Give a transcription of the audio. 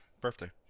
birthday